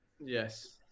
Yes